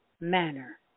manner